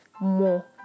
more